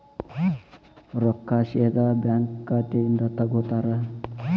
ರೊಕ್ಕಾ ಸೇದಾ ಬ್ಯಾಂಕ್ ಖಾತೆಯಿಂದ ತಗೋತಾರಾ?